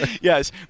yes